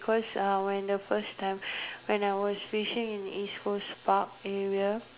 because uh when the first time when I was fishing in East Coast Park area